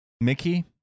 Mickey